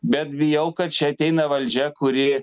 bet bijau kad čia ateina valdžia kuri